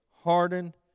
hardened